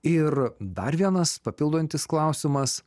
ir dar vienas papildantis klausimas